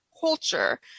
culture